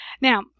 Now